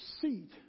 seat